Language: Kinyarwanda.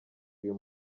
uyu